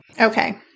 Okay